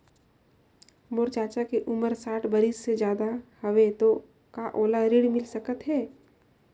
मोर चाचा के उमर साठ बरिस से ज्यादा हवे तो का ओला ऋण मिल सकत हे?